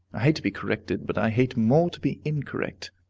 i hate to be corrected but i hate more to be incorrect.